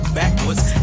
backwards